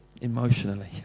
emotionally